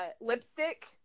lipstick